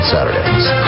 Saturdays